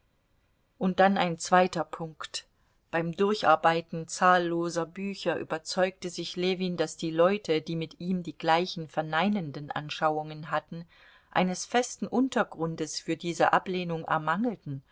und dann ein zweiter punkt beim durcharbeiten zahlloser bücher überzeugte sich ljewin daß die leute die mit ihm die gleichen verneinenden anschauungen hatten eines festen untergrundes für diese ablehnung ermangelten